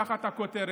תחת הכותרת: